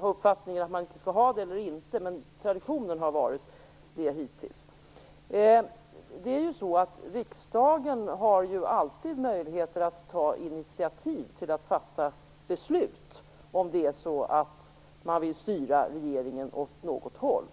uppfattning att inte ha det eller inte, men traditionen har hittills varit den att man haft det. Riksdagen har ju alltid möjligheter att ta initiativ till att fatta beslut om man vill styra regeringen åt något håll.